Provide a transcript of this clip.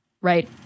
right